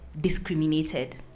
discriminated